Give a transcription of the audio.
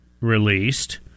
released